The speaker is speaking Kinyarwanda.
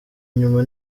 inyuma